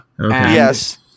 Yes